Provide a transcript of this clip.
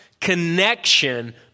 connection